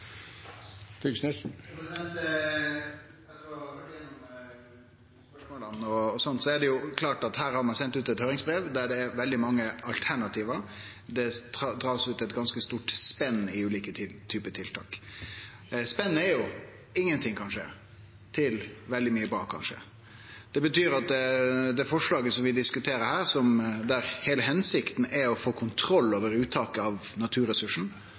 er det klart at her har ein sendt ut eit høyringsbrev der det er veldig mange alternativ. Det blir dratt ut eit ganske stort spenn i ulike tiltak. Spennet er frå at ingenting kan skje, til at veldig mykje bra kan skje. I det forslaget som vi diskuterer her, er heile formålet å få kontroll over uttaket av